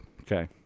Okay